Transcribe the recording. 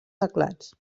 teclats